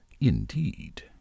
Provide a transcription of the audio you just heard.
indeed